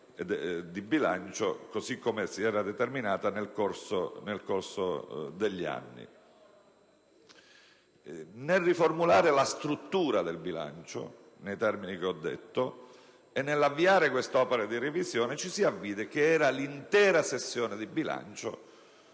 di bilancio, così come si era determinata nel corso degli anni. Nel riformulare la struttura del bilancio nei termini che ho illustrato e nell'avviare quest'opera di revisione ci si avvide che era l'intera sessione di bilancio